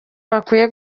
bakwiye